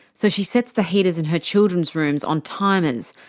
so she sets the heaters in her children's rooms on timers,